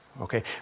okay